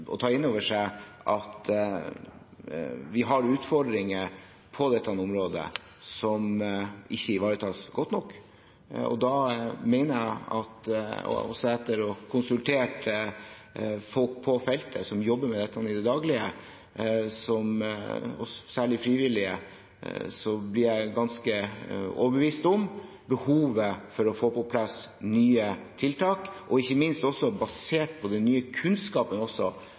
å ta inn over seg at vi har utfordringer på dette området som ikke ivaretas godt nok. Også etter å ha konsultert folk på feltet, som jobber med dette i det daglige, og særlig frivillige, blir jeg ganske overbevist om behovet for å få på plass nye tiltak, ikke minst også basert på den nye kunnskapen